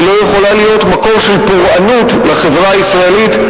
היא לא יכולה להיות מקור של פורענות לחברה הישראלית,